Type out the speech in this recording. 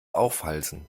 aufhalsen